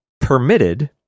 permitted